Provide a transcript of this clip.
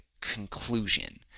conclusion